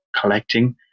collecting